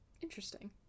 Interesting